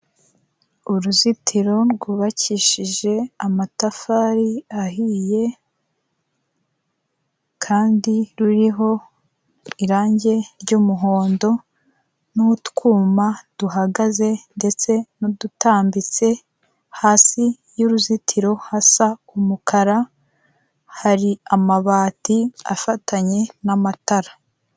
Uruzitiro rwubakishije amatafari ahiye kandi ruriho irangi ry'umuhondo n'utwuma duhagaze n'udutambitse, hasi y'uruzitiro hasa umukara hari amabati afatanye n'amatara.